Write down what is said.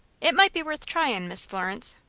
it might be worth tryin', miss florence.